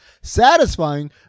satisfying